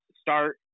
start